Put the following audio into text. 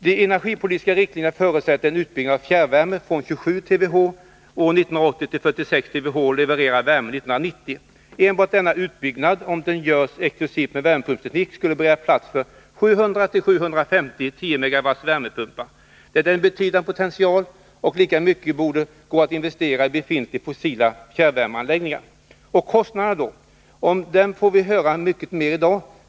De energipolitiska riktlinjerna förutsätter en utbyggnad av fjärrvärmen från 27 TWh år 1980 till 46 TWh levererad värme år 1990. Enbart denna utbyggnad, om den görs exklusivt med värmepumpteknik, skulle bereda plats för 700-750 st 10 MW värmepumpar. Det är en betydande potential. Och lika mycket borde gå att investera i befintliga fossileldade fjärrvärmeanläggningar. Och kostnaderna då? Om dem får vi höra mycket under dagen.